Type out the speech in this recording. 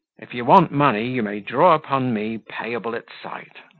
if you want money, you may draw upon me payable at sight.